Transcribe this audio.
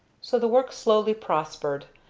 so the work slowly prospered,